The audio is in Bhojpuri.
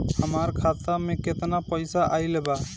हमार खाता मे केतना पईसा आइल बा?